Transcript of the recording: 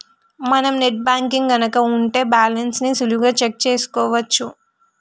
మనం net banking గనక ఉంటే బ్యాలెన్స్ ని సులువుగా చెక్ చేసుకోవచ్చు